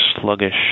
sluggish